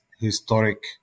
historic